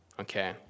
Okay